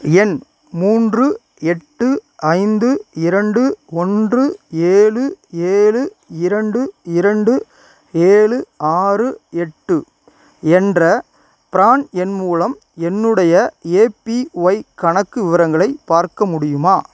என் மூன்று எட்டு ஐந்து இரண்டு ஒன்று ஏழு ஏழு இரண்டு இரண்டு ஏழு ஆறு எட்டு என்ற ப்ரான் எண் மூலம் என்னுடைய ஏபிஒய் கணக்கு விவரங்களை பார்க்க முடியுமா